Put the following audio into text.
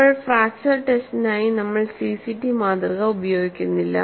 ഇപ്പോൾ ഫ്രാക്ചർ ടെസ്റ്റിനായി നമ്മൾ സിസിടി മാതൃക ഉപയോഗിക്കുന്നില്ല